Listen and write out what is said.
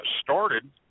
started